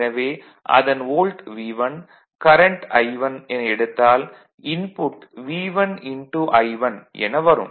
எனவே அதன் volt V1 current I1 என எடுத்தால் இன்புட் V1 I1 என வரும்